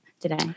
today